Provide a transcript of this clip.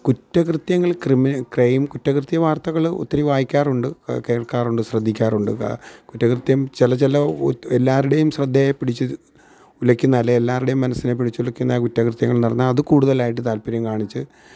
കുറ്റകൃത്യങ്ങൾ ക്രൈം കുറ്റകൃത്യ വാർത്തകള് ഒത്തിരി വായിക്കാറുണ്ട് കേൾക്കാറുണ്ട് ശ്രദ്ധിക്കാറുണ്ട് കുറ്റകൃത്യം ചില ചില എല്ലാവരുടെയും ശ്രദ്ധയെ പിടിച്ച് ഉലക്കുന്ന അല്ലേൽ എല്ലാവരുടെയും മനസ്സിനെ പിടിച്ചുലക്കുന്ന കുറ്റകൃത്യങ്ങൾ നടന്നാൽ അത് കൂടുതലായിട്ട് താല്പര്യം കാണിച്ച്